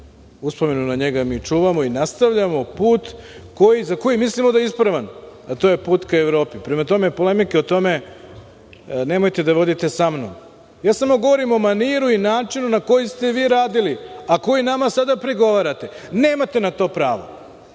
uspomenu na njega mi čuvamo i nastavljamo put za koji mislimo da je ispravan, a to je put prema Evropi. Prema tome polemiku o tome nemojte da vodite s mnom, jer ja samo govorim o maniru i načinu na koji ste vi radili, a koji sada vi nama prigovarate. Nemate na to pravo.